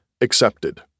accepted